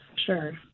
Sure